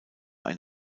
ein